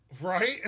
right